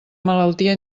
malaltia